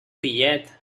pillet